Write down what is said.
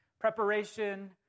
Preparation